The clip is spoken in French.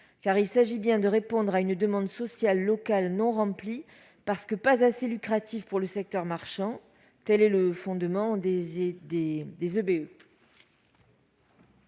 il s'agit bien de répondre à une demande sociale locale qui n'est pas remplie, parce qu'elle n'est pas assez lucrative pour le secteur marchand : tel est le fondement des EBE.